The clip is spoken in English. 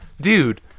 dude